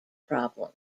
problem